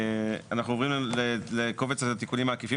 אנחנו עוברים לקובץ התיקונים העקיפים,